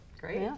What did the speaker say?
great